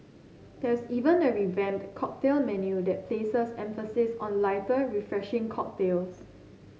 there's even a revamped cocktail menu that places emphasis on lighter refreshing cocktails